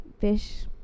fish